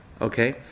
okay